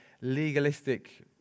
legalistic